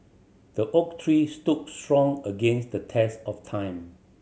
the oak tree stood strong against the test of time